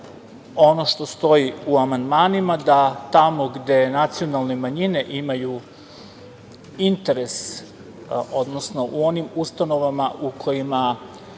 ono što stoji u amandmanima, da tamo gde nacionalne manjine imaju interes, odnosno u onim ustanovama u kojima